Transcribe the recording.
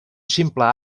simple